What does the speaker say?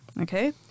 Okay